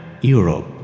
Europe